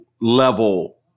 level